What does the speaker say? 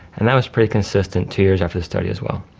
and that was pretty consistent two years after the study as well.